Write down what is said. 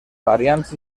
variants